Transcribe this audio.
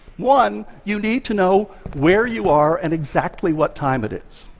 one, you need to know where you are and exactly what time it is.